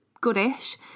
goodish